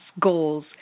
goals